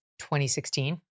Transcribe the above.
2016